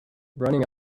running